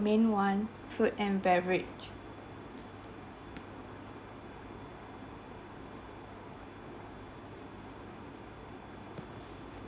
~main one food and beverage